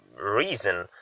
reason